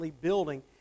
building